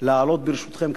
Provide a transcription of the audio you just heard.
ברשותכם,